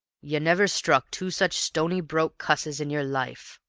you never struck two such stony-broke cusses in yer life!